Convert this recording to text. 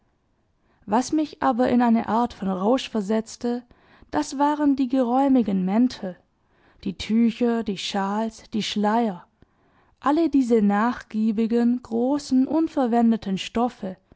was mich aber in eine art von rausch versetzte das waren die geräumigen mäntel die tücher die schals die schleier alle diese nachgiebigen großen unverwendeten stoffe